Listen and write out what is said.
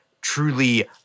truly